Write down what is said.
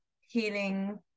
healing